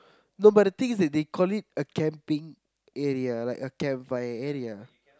no but the thing is that they call it a camping area like a camp fire area